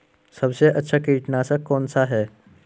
सबसे अच्छा कीटनाशक कौन सा है?